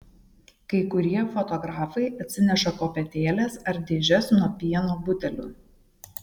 kai kurie fotografai atsineša kopėtėles ar dėžes nuo pieno butelių